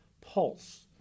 pulse